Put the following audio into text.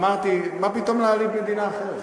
אמרתי: מה פתאום להעליב מדינה אחרת?